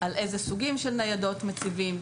על איזה סוגים של ניידות מציבים,